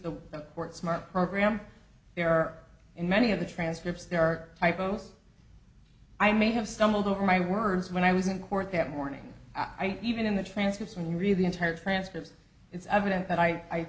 the court smart program there are in many of the transcripts there are typos i may have stumbled over my words when i was in court that morning i even in the transcript when you read the entire transcript it's evident that i